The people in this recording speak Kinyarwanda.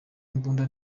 imbunda